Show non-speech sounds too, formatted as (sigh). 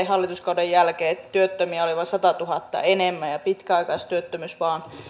(unintelligible) hallituskauden jälkeen olivat että työttömiä oli noin sadantuhannen enemmän ja pitkäaikaistyöttömyys vain